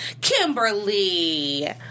Kimberly